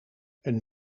een